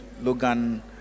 Logan